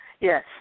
Yes